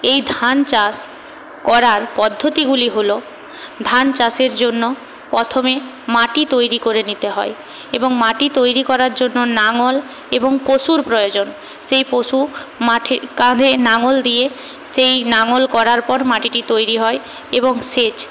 এই ধান চাষ করার পদ্ধতিগুলি হল ধান চাষের জন্য প্রথমে মাটি তৈরি করে নিতে হয় এবং মাটি তৈরি করার জন্য নাঙল এবং পশুর প্রয়োজন সেই পশু মাঠে কাঁধে লাঙ্গল দিয়ে সেই নাঙ্গল করার পর মাটিটি তৈরি হয় এবং সেচ